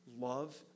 love